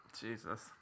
Jesus